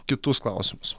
kitus klausimus